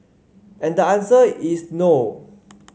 and the answer is no